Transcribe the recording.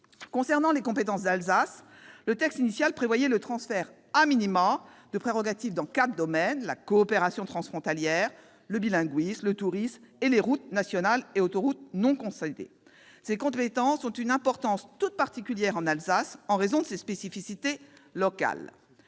Concernant les compétences de l'Alsace, le texte initial prévoyait le transfert de prérogatives dans quatre domaines- coopération transfrontalière, bilinguisme, tourisme, routes nationales et autoroutes non concédées. Ces compétences ont une importance toute particulière en Alsace en raison des spécificités locales.